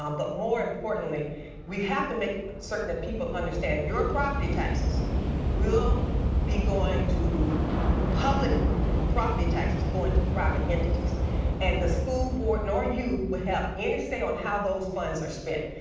um but more importantly we have to make certain that people understand your property taxes will be going to public property taxes going to private entities and the school board nor you will have any say on how those funds are spent.